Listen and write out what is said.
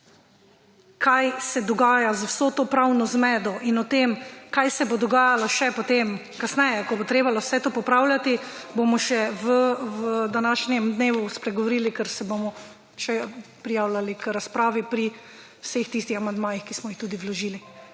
kaj se dogaja z vso to pravno zmedo, in o tem, kaj se bo dogajalo še potem kasneje, ko bo trebalo vse to popravljati, bomo še v današnjem dnevu spregovorili, ker se bomo še prijavljali k razpravi pri vseh tistih amandmajih, ki smo jih tudi vložili